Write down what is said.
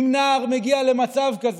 אם נער מגיע למצב כזה,